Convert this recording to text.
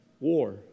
war